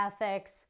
ethics